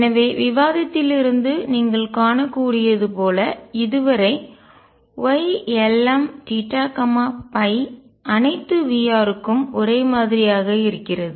எனவே விவாதத்திலிருந்து நீங்கள் காணக்கூடியது போல இதுவரை Ylmθϕ அனைத்து V க்கும் ஒரே மாதிரியாக இருக்கிறது